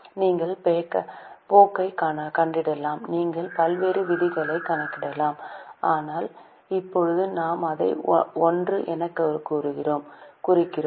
நீங்கள் போக்கைக் கணக்கிடலாம் நீங்கள் பல்வேறு விகிதங்களைக் கணக்கிடலாம் ஆனால் இப்போது நாம் அதை I எனக் குறிக்கிறோம்